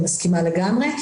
אני מסכימה לגמרי.